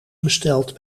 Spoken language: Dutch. besteld